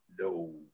No